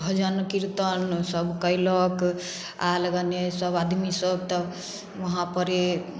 भजन कीर्तन सब कयलक आल गने सब आदमी सब तब वहाँ परे